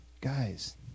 Guys